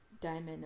diamond